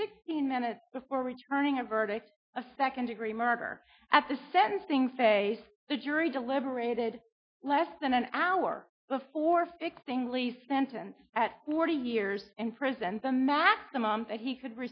sixteen minutes before returning a verdict a second degree murder at the sentencing phase the jury deliberated less than an hour before fixed inglesa sentence at forty years and present the maximum that he could